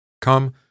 Come